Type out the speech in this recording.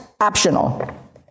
optional